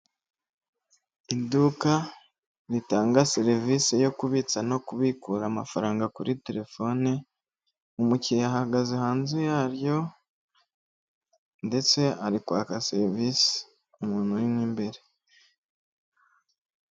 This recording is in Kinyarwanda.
Iduka ritanga serivisi yo kubitsa no kubikura amafaranga kuri telefone. Umukiriya ahagaze hanze yaryo. Ndetse arikwaka serivisi umuntu urimo imbere.